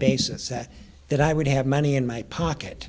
basis that that i would have money in my pocket